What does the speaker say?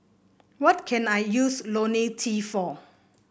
what can I use T for